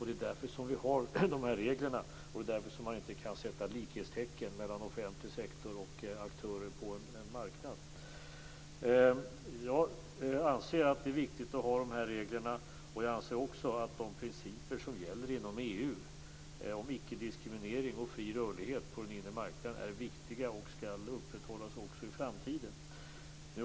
Det är därför som vi har de här reglerna och det är därför som man inte kan sätta likhetstecken mellan offentlig sektor och aktörer på en marknad. Jag anser att det är viktigt att ha de här reglerna. Jag anser också att de principer som gäller inom EU om icke-diskriminering och fri rörlighet på den inre marknaden är viktiga och skall upprätthållas också i framtiden.